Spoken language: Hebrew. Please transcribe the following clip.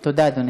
תודה, אדוני.